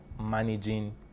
managing